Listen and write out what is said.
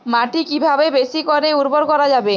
মাটি কিভাবে বেশী করে উর্বর করা যাবে?